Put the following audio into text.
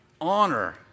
honor